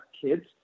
kids